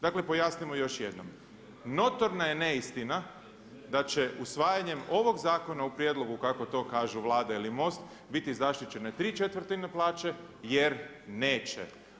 Dakle pojasnimo još jednom notorna je neistina da će usvajanjem ovog zakona u prijedlogu kako to kaže Vlada ili Most biti zaštićene tri četvrtine plaće jer neće.